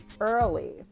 early